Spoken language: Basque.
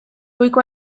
goiko